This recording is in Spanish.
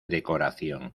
decoración